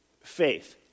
faith